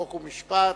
חוק ומשפט,